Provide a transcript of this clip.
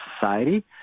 society